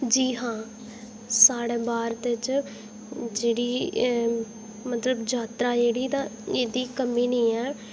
जी हां साढ़े भारत च जेह्ड़ी मतलब यात्रा जेह्ड़ी ऐ ओह्दी कमी निं ऐ